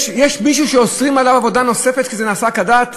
יש מישהו שאוסרים עליו עבודה נוספת כשזה כדת וכדין?